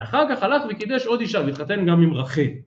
אחר כך הלך וקידש עוד אישה, והתחתן גם עם רחל